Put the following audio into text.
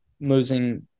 losing